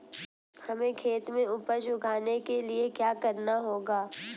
हमें खेत में उपज उगाने के लिये क्या करना होगा?